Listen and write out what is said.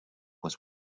was